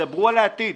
דברו על העתיד,